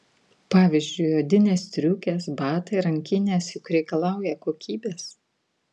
pavyzdžiui odinės striukės batai rankinės juk reikalauja kokybės